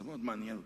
זה מאוד מעניין אותי,